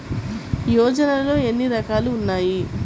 యోజనలో ఏన్ని రకాలు ఉన్నాయి?